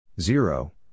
Zero